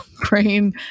brain